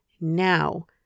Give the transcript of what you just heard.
now